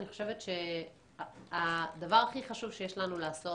אני חושבת שהדבר הכי חשוב שיש לנו לעשות,